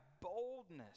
boldness